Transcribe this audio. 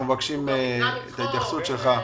אנחנו מבקשים את ההתייחסות שלך.